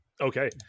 Okay